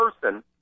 person